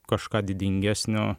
kažką didingesnio